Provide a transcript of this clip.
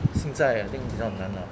现在 I think 比较难忙